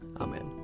amen